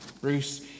Bruce